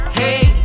hey